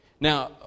Now